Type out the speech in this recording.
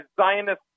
Zionist